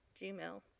Gmail